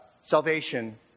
salvation